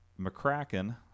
mccracken